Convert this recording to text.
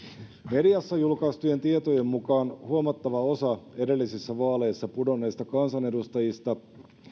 mediassa julkaistujen tietojen mukaan huomattava osa edellisissä vaaleissa pudonneista kansanedustajista